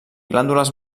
glàndules